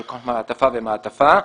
של כל מעטפה ומעטפה.